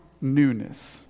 newness